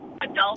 adult